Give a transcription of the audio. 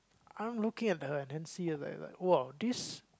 I'm looking at her and then see is like like !wow! this